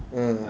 mm